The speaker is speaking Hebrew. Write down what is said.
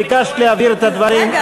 ביקשת להבהיר את הדברים,